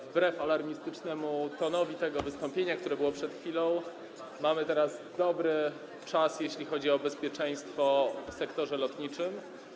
Wbrew alarmistycznemu tonowi wystąpienia, które było przed chwilą, mamy teraz dobry czas, jeśli chodzi o bezpieczeństwo w sektorze lotniczym.